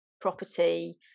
property